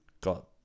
got